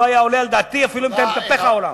לא היה עולה על דעתי, אפילו יתהפך העולם.